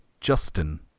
Justin